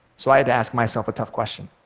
so i had to ask myself a tough question